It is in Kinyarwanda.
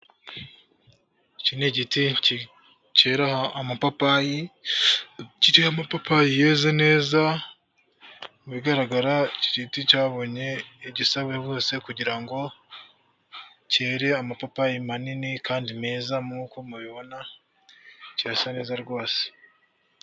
Iki ni igiti keraho amapapayi, kiriho amapapa yeze neza, mu bigaragara iki giti cyabonye igisabwa byose kugira ngo cyere amapapayi manini, kandi meza nkuko mubibona, kirasa neza rwose.